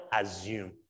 assume